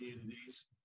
communities